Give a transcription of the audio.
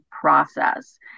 process